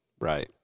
Right